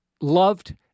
loved